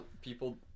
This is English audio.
people